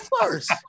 first